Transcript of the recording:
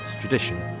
tradition